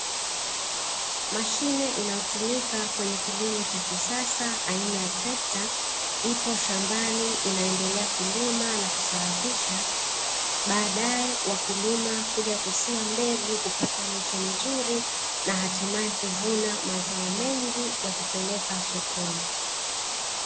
Mashine inayotumika kwenye kilimo cha kisasa aina ya trekta ipo shambani inaendelea kulima na kusawazisha, baadaye wakulima kuja kusia mbegu kupata miche mizuri, na hatimae kuvuna mazao mengi ya kupeleka sokoni